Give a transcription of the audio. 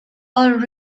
all